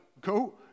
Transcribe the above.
Go